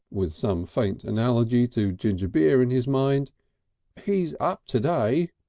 with some faint analogy to ginger beer in his mind he's up today.